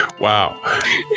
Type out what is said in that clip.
Wow